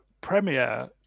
Premiere